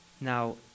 Now